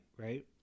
right